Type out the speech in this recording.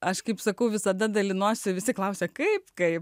aš kaip sakau visada dalinuosi visi klausia kaip kaip